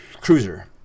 cruiser